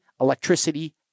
electricity